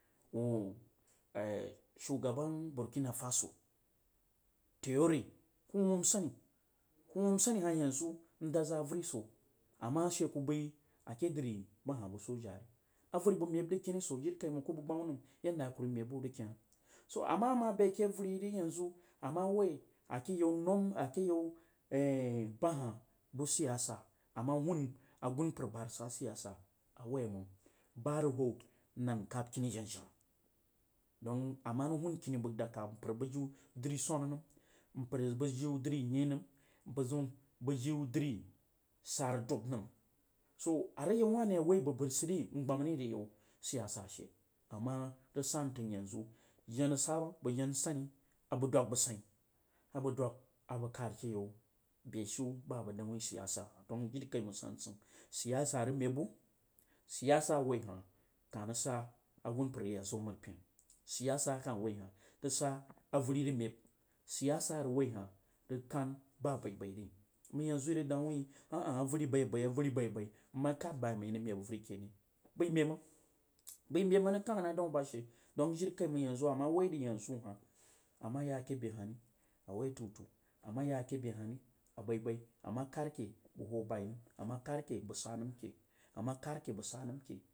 Dung shugaban burkina faso taure ku wu njah ku wuhsani ku wuhsani hah yenzu n dad za audri jia ama ashe kubzi ake dri ba hah by soja ri avəri bəg meb rag keni soo jiri kaimang ku bəg gbami nəm yadda a ku meb by rəg ken. So ama ma be ke auri yiri yanzu a tra wai ake you num a ke yau behah bu siyasa a ma hun agunpar ba rag sa siyasa a wou məng sa harhwo nan kab laini jenajena dan a ma rag hukunci bəg daka mpar bag jiu swanna nami mapar a bah jiu drinyein nəm mpar zəun bag jiu dri sara dub nam so, are yau mah ri gre yau siyasa she a ma rəg jenu nsulpi abəg dwas bəg tsein abəg dəng wuin beshiu siyasa hah dong jirikaimang samsan siyasa rəg meb bu. Siyasa n wauinəm law rəg ja agumpar rag yazo mriepn siyasa a kah wai haha rahl ga avari mebi siyasa arag woi hel bag kan ba abaiba ri mang yanzu ba rag deng hvi avri baibai auri baibai mma kedbayeimaong i rag meb avari kene? Bai meb mang boi me mang rag kang na dum baske. Dong jirikaimang yanzu hah a ma wji dri yanzu hah ama yakeb behah ri a woi a toutpu a ma yake behah ri a rog wai abai bai a kad ke baghow bai a ma kad ke bag sa nam ke ama kad ke bag sa nam kei